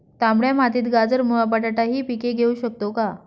तांबड्या मातीत गाजर, मुळा, बटाटा हि पिके घेऊ शकतो का?